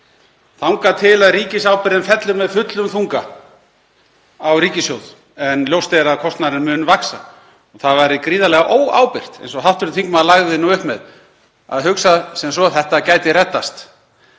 þangað til ríkisábyrgðin fellur með fullum þunga á ríkissjóð? Ljóst er að kostnaðurinn mun vaxa. Það væri gríðarlega óábyrgt, eins og hv. þingmaður lagði upp með, að hugsa sem svo að þetta gæti reddast